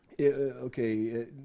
okay